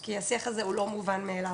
כי השיח הזה הוא לא מובן מאליו